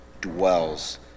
dwells